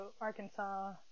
Arkansas